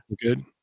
good